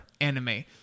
anime